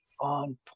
on